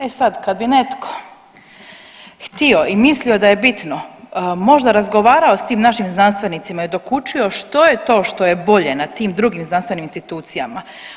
E sad, kad bi netko htio i mislio da je bitno možda razgovarao sa tim našim znanstvenicima i dokučio što je to što je bolje na tim drugim znanstvenim institucijama.